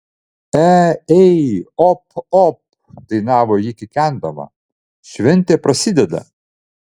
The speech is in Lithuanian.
e ei op op dainavo ji kikendama šventė prasideda